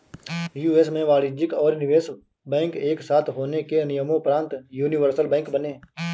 US में वाणिज्यिक और निवेश बैंक एक साथ होने के नियम़ोंपरान्त यूनिवर्सल बैंक बने